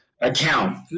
account